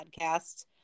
podcast